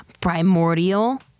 primordial